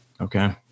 Okay